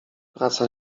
praca